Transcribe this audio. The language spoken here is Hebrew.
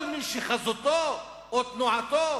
כל מי שחזותו או תנועתו